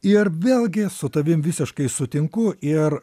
ir vėlgi su tavim visiškai sutinku ir